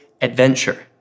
adventure